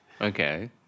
Okay